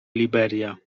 liberia